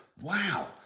wow